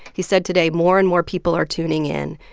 he said today, more and more people are tuning in.